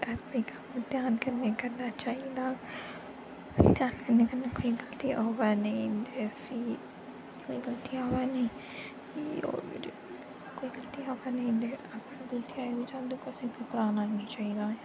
घर दे कम्म ध्यान कन्नै करना चाहिदा ध्यान कन्नै करना कोई गलती होऐ निं ते फ्ही कोई गलती होऐ निं लोग कोई गलती होवै नेईं ते कोई गलती आई बी जान ते कुसै ई घबराना नेईं चाहि्दा